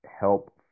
help